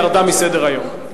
ירדה מסדר-היום.